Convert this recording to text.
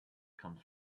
comes